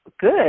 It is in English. Good